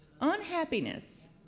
unhappiness